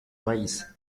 país